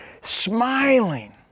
smiling